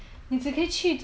你可以去